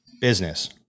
business